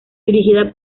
dirigida